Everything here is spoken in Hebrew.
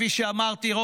כפי שאמרתי,